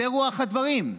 זו רוח הדברים.